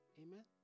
Amen